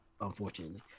Unfortunately